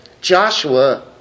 Joshua